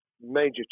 major